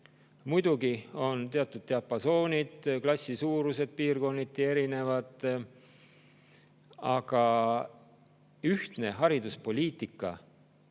Muidugi on teatud diapasoonid, näiteks klassi suurused on piirkonniti erinevad. Aga ühtne hariduspoliitika